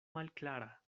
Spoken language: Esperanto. malklara